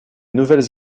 nouvelles